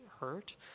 hurt